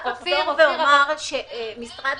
רק אוסיף ואומר שמשרד